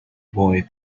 boy